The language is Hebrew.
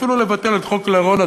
אפילו לבטל את חוק לרון,